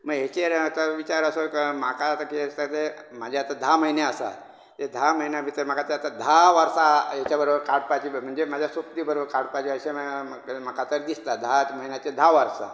मागीर हेचेर आतां विचार असो म्हाका आतां कितें दिसता ते म्हाजे आतां धा म्हयने आसा ते धा म्हयन्या भितर ते म्हाका आतां धा वर्सा हेच्या बरबर काडपाचे म्हणजे म्हाज्या सोकती बरबर काडपाचे अशें म्हाका तर दिसता धा म्हयन्याचे धा वर्सां